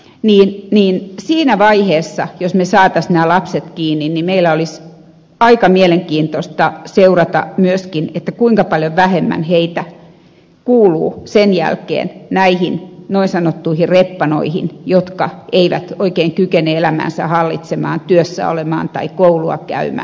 jos me siinä vaiheessa saisimme nämä lapset kiinni meillä olisi aika mielenkiintoista seurata myöskin kuinka paljon vähemmän heitä kuuluu sen jälkeen näihin niin sanottuihin reppanoihin jotka eivät oikein kykene elämäänsä hallitsemaan työssä olemaan tai koulua käymään